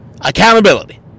Accountability